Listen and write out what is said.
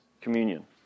communion